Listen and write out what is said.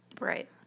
Right